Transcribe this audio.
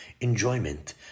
Enjoyment